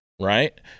right